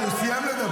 מה יש לכם?